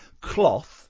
cloth